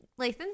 Lathan